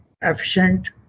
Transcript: efficient